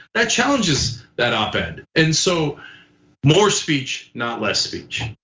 that challenges that op-ed. and and so more speech, not less speech.